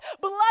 blood